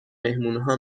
مهمونها